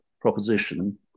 proposition